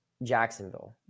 Jacksonville